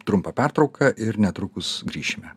trumpą pertrauką ir netrukus grįšime